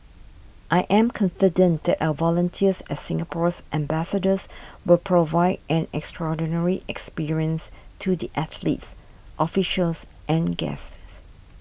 I am confident that our volunteers as Singapore's ambassadors will provide an extraordinary experience to the athletes officials and guests